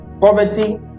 poverty